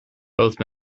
both